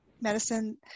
medicine